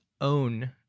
own